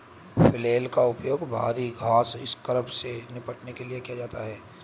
flail का उपयोग भारी घास स्क्रब से निपटने के लिए किया जाता है